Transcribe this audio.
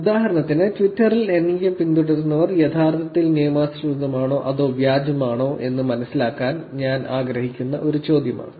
ഉദാഹരണത്തിന് ട്വിറ്ററിൽ എനിക്ക് പിന്തുടരുന്നവർ യഥാർത്ഥത്തിൽ നിയമാനുസൃതമാണോ അതോ വ്യാജമാണോ എന്ന് മനസ്സിലാക്കാൻ ഞാൻ ആഗ്രഹിക്കുന്ന ഒരു ചോദ്യമാണ്